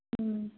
उम